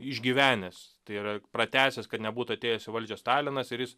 išgyvenęs tai yra pratęsęs kad nebūtų atėjęs į valdžią stalinas ir jis